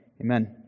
Amen